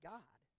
God